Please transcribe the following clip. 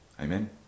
Amen